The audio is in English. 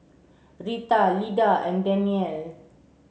Rita Lida and Danyel